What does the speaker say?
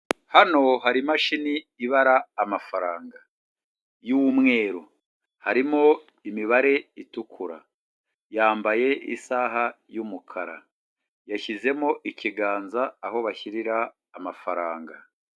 Hano hari imashini ibara amafaranga y'umweru. Harimo imibare itukura. Yambaye isaha y'umukara. Yashyizemo ikiganza aho bashyirira amafaranga.